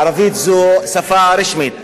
הערבית זו שפה רשמית.